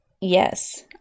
Yes